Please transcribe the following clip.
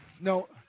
no